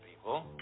people